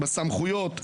בסמכויות,